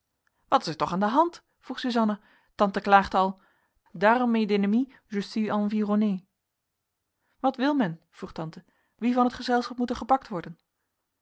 wat is er toch aan de hand vroeg suzanna tante klaagt al d'armes et d'ennemis je suis environnée wat wil men vroeg tante wie van het gezelschap moet er gepakt worden